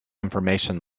information